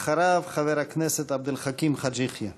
אחריו, חבר הכנסת עבד אל חכים חאג' יחיא.